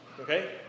Okay